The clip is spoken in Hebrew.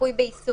ריפוי בעיסוק